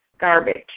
garbage